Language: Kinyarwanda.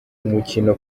umukino